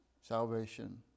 salvation